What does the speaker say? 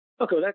Okay